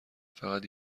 فقط